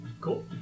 Cool